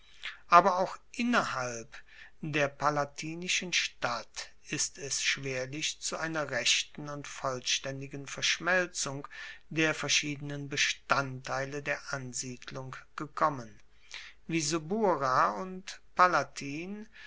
aber auch innerhalb der palatinischen stadt ist es schwerlich zu einer rechten und vollstaendigen verschmelzung der verschiedenen bestandteile der ansiedlung gekommen wie subura und palatin